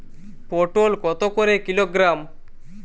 পটল কত করে কিলোগ্রাম?